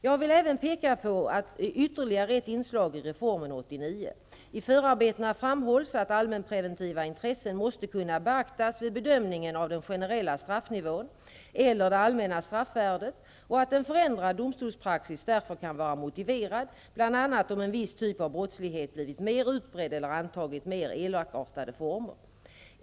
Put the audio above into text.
Jag vill även peka på ytterligare ett inslag i reformen år 1989. I förarbetena framhålls att allmänpreventiva intressen måste kunna beaktas vid bedömningen av den generella straffnivån eller det allmänna straffvärdet och att en förändrad domstolspraxis därför kan vara motiverad bl.a. om en viss typ av brottslighet blivit mer utbredd eller antagit mer elakartade former.